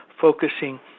focusing